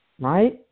right